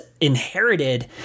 inherited